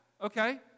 Okay